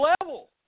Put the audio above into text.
level